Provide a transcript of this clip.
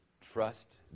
trust